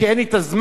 כי אין לי הזמן,